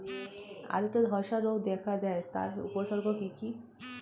আলুতে ধ্বসা রোগ দেখা দেয় তার উপসর্গগুলি কি কি?